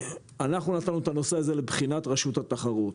אנחנו נתנו את הנושא הזה לבחינת רשות התחרות.